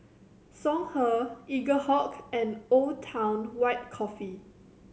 Songhe Eaglehawk and Old Town White Coffee